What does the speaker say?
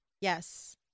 Yes